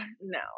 no